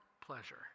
pleasure